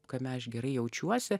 kame aš gerai jaučiuosi